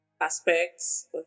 aspects